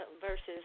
versus